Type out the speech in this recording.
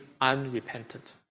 unrepentant